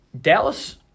Dallas